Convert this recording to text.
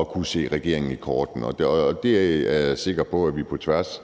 at kunne kigge regeringen i kortene, og det er jeg sikker på at vi på tværs